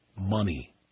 money